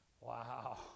Wow